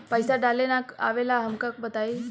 पईसा डाले ना आवेला हमका बताई?